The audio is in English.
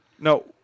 No